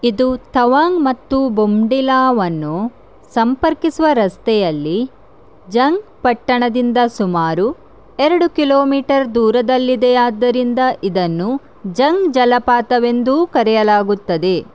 ಇದು ತವಾಂಗ್ ಮತ್ತು ಬೊಮ್ಡಿಲಾವನ್ನು ಸಂಪರ್ಕಿಸುವ ರಸ್ತೆಯಲ್ಲಿ ಜಂಗ್ ಪಟ್ಟಣದಿಂದ ಸುಮಾರು ಎರಡು ಕಿಲೋಮೀಟರ್ ದೂರದಲ್ಲಿದೆ ಆದ್ದರಿಂದ ಇದನ್ನು ಜಂಗ್ ಜಲಪಾತವೆಂದೂ ಕರೆಯಲಾಗುತ್ತದೆ